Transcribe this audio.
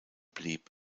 blieb